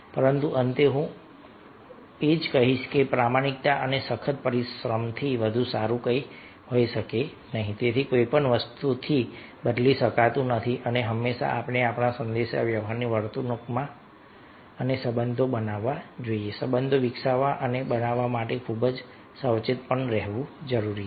પરંતુ અંતે હું અંતમાં કહીશ કે પ્રામાણિકતા અને સખત પરિશ્રમથી વધુ સારું કંઈ હોઈ શકે નહીં તેને કોઈ પણ વસ્તુથી બદલી શકાતું નથી અને હંમેશા આપણે આપણા સંદેશાવ્યવહારની વર્તણૂકમાં અને સંબંધો બનાવવા સંબંધો વિકસાવવા અને બનાવવા માટે ખૂબ જ સાવચેત રહેવું જોઈએ